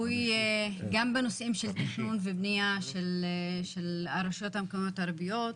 בנושאים של תכנון ובניה של רשויות מקומיות ערביות,